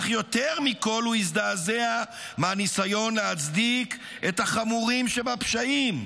אך יותר מכול הוא הזדעזע מהניסיון להצדיק את החמורים שבפשעים,